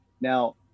now